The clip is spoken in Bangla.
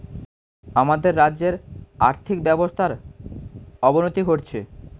আমাদের রাজ্যের আর্থিক ব্যবস্থার অবনতি ঘটছে